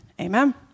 Amen